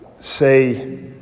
say